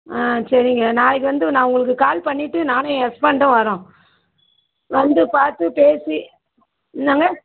ஆ சரிங்க நாளைக்கு வந்து நான் உங்களுக்கு கால் பண்ணிவிட்டு நானும் ஏன் ஹஸ்பண்டும் வரோம் வந்து பார்த்து பேசி என்னாங்க